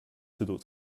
d’autres